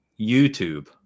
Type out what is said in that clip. YouTube